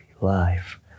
life